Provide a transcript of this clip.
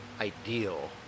ideal